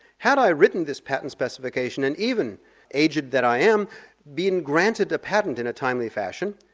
had i written this patent specification, and even aged that i am been granted a patent in a timely fashion,